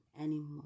anymore